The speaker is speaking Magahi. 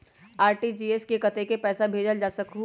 आर.टी.जी.एस से कतेक पैसा भेजल जा सकहु???